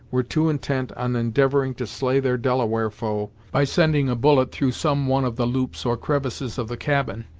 were too intent on endeavoring to slay their delaware foe, by sending a bullet through some one of the loops or crevices of the cabin,